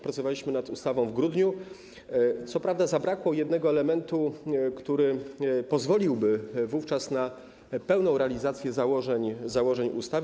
Pracowaliśmy nad ustawą w grudniu, ale zabrakło jednego elementu, który pozwoliłby wówczas na pełną realizację założeń do ustawy.